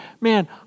Man